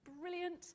brilliant